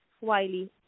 wiley